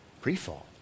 pre-fall